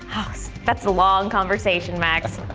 yes that's a long conversation, max.